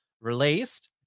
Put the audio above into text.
released